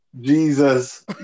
Jesus